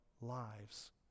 lives